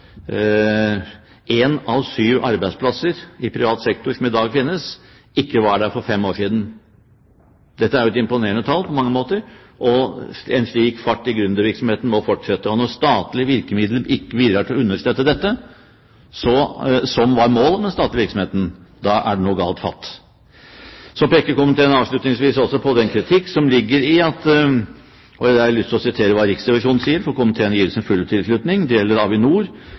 en forutsetning for fremtidig næringsvekst. Han pekte på – så vidt jeg husker – at én av syv arbeidsplasser som i dag finnes i privat sektor, ikke var der for fem år siden. Dette er jo et imponerende tall på mange måter, og en slik fart i gründervirksomheten må fortsette. Når statlige virkemidler ikke bidrar til å understøtte dette, som var målet med den statlige virksomheten, er det noe galt fatt. Så peker komiteen avslutningsvis også på den kritikk – og her har jeg lyst til å sitere – som Riksrevisjonen kommer med, og komiteen gir her sin fulle tilslutning.